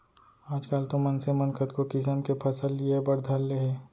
आजकाल तो मनसे मन कतको किसम के फसल लिये बर धर ले हें